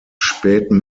späten